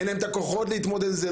אין להם את הכוחות להתמודד עם זה,